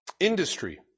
Industry